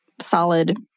solid